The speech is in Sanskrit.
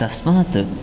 तस्मात्